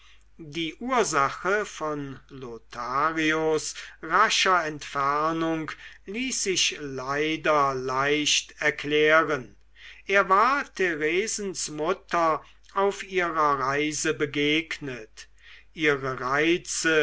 die ursache von lotharios rascher entfernung ließ sich leider leicht erklären er war theresens mutter auf ihrer reise begegnet ihre reize